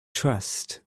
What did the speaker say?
trust